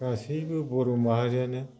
गासैबो बर' माहारियानो